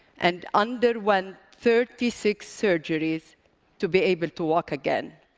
and underwent thirty six surgeries to be able to walk again.